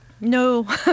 No